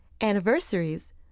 anniversaries